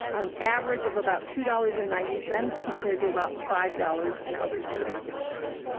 on average of about two dollars and ninety cents, compared to about five dollars in other jurisdictions.